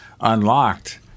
unlocked